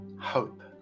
hope